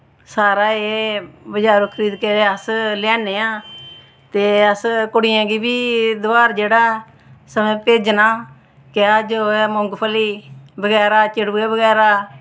सारा एह् बजारों खरीद के अस लेआन्ने आं ते अस कुड़ियें गी बी तेहार जेह्ड़ा सगों भेजना क्या जो ऐ मुगफली बगैरा चिड़वे बगैरा